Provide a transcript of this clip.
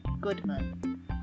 Goodman